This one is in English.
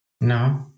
No